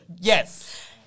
yes